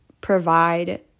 provide